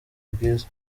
bwiza